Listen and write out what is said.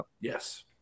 Yes